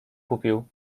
kupił